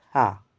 ആ